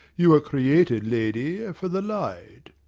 you were created, lady, for the light.